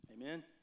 amen